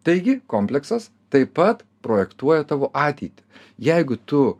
taigi kompleksas taip pat projektuoja tavo ateitį jeigu tu